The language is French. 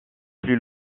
plus